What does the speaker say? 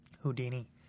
Houdini